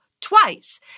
twice